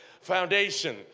foundation